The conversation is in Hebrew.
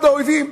אחד האויבים,